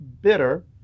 bitter